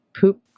poop